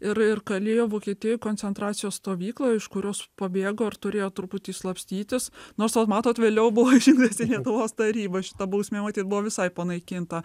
ir ir kalėjo vokietijoj koncentracijos stovykloj iš kurios pabėgo ir turėjo truputį slapstytis nors almatot vėliau buvo žyduose lietuvos taryba šita bausmė matyt buvo visai panaikinta